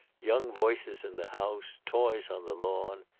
young voices in the house, toys on the lawn.